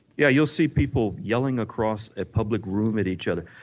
yeah you'll see people yelling across a public room at each other,